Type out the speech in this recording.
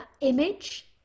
image